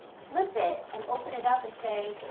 flip it and open it up and say,